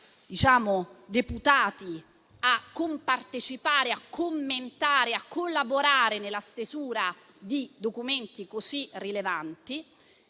organismi deputati a compartecipare, a commentare e a collaborare nella stesura di documenti così rilevanti.